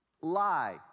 lie